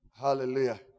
Hallelujah